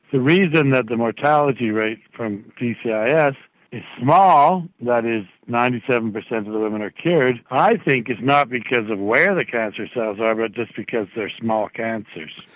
the reason that the mortality rate from dcis yeah yeah is small, that is ninety seven percent of the women are cured, i think is not because of where the cancer cells are but just because they are small cancers.